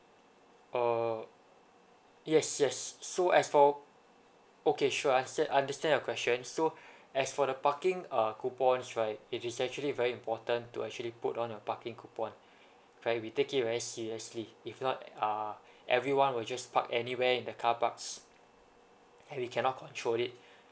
uh yes yes so as for okay sure I sta~ I understand your question so as for the parking uh coupons right it is actually very important to actually put on your parking coupon right we take it very seriously if not at uh everyone will just park anywhere in the car parks and we cannot control it